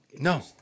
No